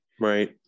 Right